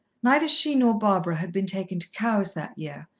neither she nor barbara had been taken to cowes that year,